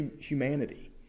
humanity